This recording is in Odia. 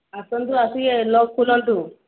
ଆସନ୍ତୁ ଆସିକି ଲକ୍ ଖୋଲନ୍ତୁ